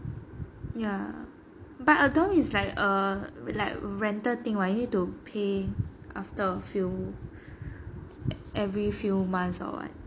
ya but a dorm is like a like rental thing what you need to pay after a few every few months or what